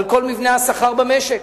על כל מבנה השכר במשק.